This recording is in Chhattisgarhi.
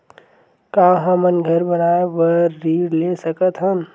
का हमन घर बनाए बार ऋण ले सकत हन?